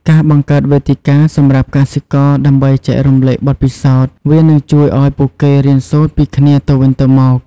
ការបង្កើតវេទិកាសម្រាប់កសិករដើម្បីចែករំលែកបទពិសោធន៍ វានឹងជួយឱ្យពួកគេរៀនសូត្រពីគ្នាទៅវិញទៅមក។